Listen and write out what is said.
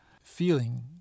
feeling